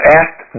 asked